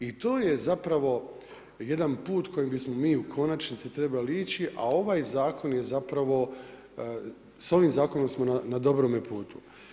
I to je zapravo jedan put kojim bismo mi u konačnici trebali ići, a ovaj zakon je zapravo, s ovim zakonom smo na dobrome putu.